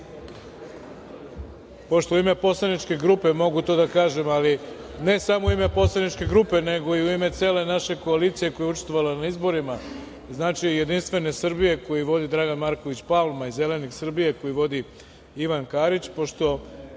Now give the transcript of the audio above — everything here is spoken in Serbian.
pošto u ime poslaničke grupe mogu to da kažem, ali ne samo u ime poslaničke grupe nego i u ime cele naše koalicije koja je učestvovala na izborima, znači JS koju vodi Dragan Marković Palma, i Zelenih Srbije Ivan Karić, pošto